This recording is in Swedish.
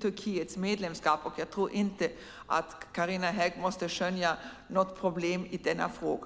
Turkiets medlemskap. Jag tror inte att Carina Hägg behöver skönja något problem i denna fråga.